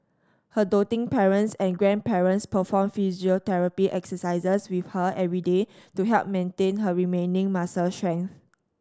her doting parents and grandparents perform physiotherapy exercises with her every day to help maintain her remaining muscle strength